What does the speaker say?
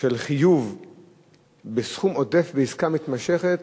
של חיוב בסכום עודף בעסקה מתמשכת.